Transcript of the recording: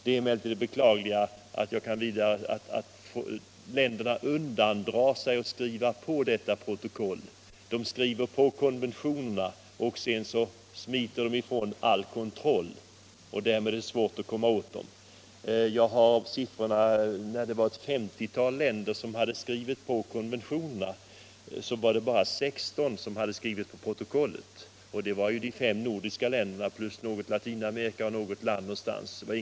Det beklagliga är emellertid att många länder underlåter att skriva på detta protokoll. De skriver på konventionerna och smiter sedan ifrån all kontroll. Då är det svårt att komma åt dem. Av ett femtiotal länder som skrivit på konventionerna hade bara 16 skrivit på protokollet. Det var de fem nordiska länderna, något land i Latinamerika och nägra andra små stater.